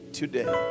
today